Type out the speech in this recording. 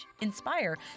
inspire